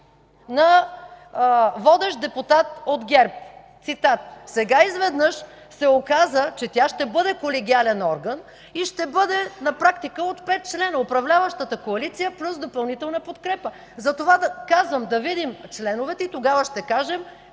на водещ депутат от ГЕРБ. Цитат! Сега изведнъж се оказа, че тя ще бъде колегиален орган и ще бъде на практика от петима членове – управляващата коалиция плюс допълнителна подкрепа. Затова казвам: да видим членовете и тогава ще кажем